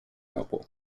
noble